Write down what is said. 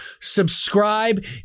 subscribe